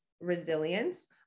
resilience